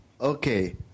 Okay